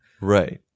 Right